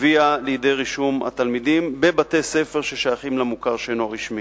הביאה לידי רישום התלמידים בבתי-ספר ששייכים למוכר שאינו רשמי.